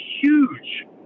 huge